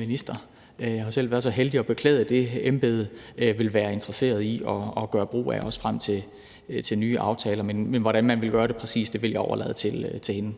minister – jeg har jo selv været så heldig at beklæde det embede – vil være interesseret i at gøre brug af, også frem mod nye aftaler. Men hvordan man præcis vil gøre det, vil jeg overlade til hende.